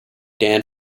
dan